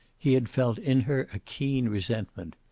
he had felt in her a keen resentment.